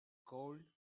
cold